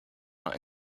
out